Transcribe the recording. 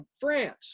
France